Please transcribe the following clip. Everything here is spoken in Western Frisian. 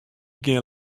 gean